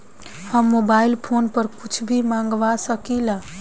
हम mobile phone पर कुछ भी मंगवा सकिला?